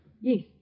Yes